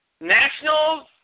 Nationals